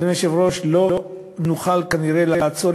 ואדוני היושב-ראש, לא נוכל כנראה לעצור.